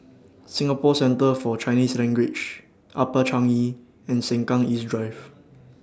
Singapore Centre For Chinese Language Upper Changi and Sengkang East Drive